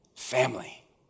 family